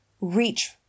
reach